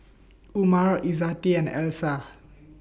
Umar Izzati and Alyssa